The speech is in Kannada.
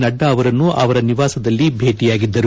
ನಡ್ಡಾ ಅವರನ್ನು ಅವರ ನಿವಾಸದಲ್ಲಿ ಭೇಟಿಯಾಗಿದ್ದರು